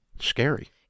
Scary